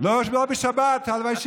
בשבת.